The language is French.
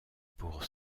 pour